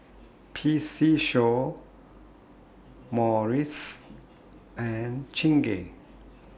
P C Show Morries and Chingay